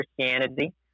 Christianity